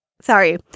sorry